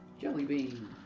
Jellybean